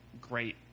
great